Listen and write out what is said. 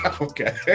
Okay